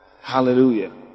Hallelujah